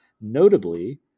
Notably